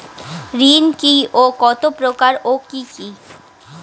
ঋণ কি ও কত প্রকার ও কি কি?